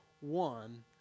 one